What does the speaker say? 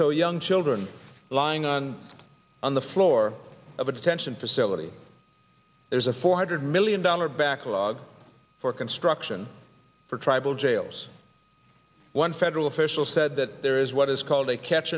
so young children lying on on the floor of a detention facility there's a four hundred million dollars backlog for construction for tribal jails one federal official said that there is what is called a catch